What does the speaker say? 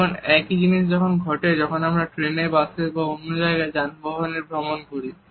এই একই জিনিস ঘটে যখন আমরা ট্রেনে বাসে বা অন্য কোন যানবাহনে ভ্রমণ করি